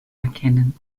erkennen